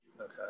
okay